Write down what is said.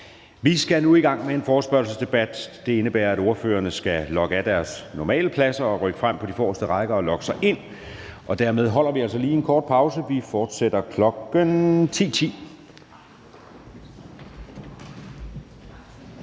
Vi skal nu i gang med en forespørgselsdebat. Det indebærer, at ordførerne skal logge sig ud ved deres normale pladser og rykke frem på de forreste rækker og logge sig ind. Dermed holder vi altså lige en kort pause. Vi fortsætter kl. 10.10.